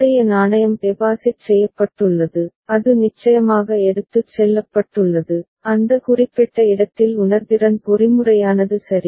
முந்தைய நாணயம் டெபாசிட் செய்யப்பட்டுள்ளது அது நிச்சயமாக எடுத்துச் செல்லப்பட்டுள்ளது அந்த குறிப்பிட்ட இடத்தில் உணர்திறன் பொறிமுறையானது சரி